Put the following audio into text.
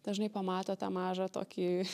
dažnai pamato tą mažą tokį